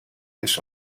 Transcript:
this